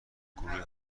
گروه